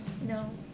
No